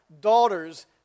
daughter's